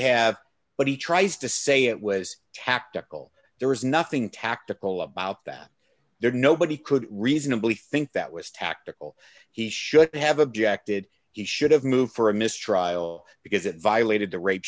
have but he tries to say it was tactical there was nothing tactical about that there nobody could reasonably think that was tactical he should have objected he should have moved for a mistrial because it violated the rape